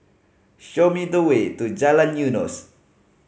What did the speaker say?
show me the way to Jalan Eunos